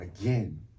again